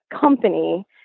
company